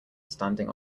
standing